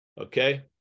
Okay